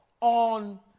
on